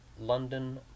London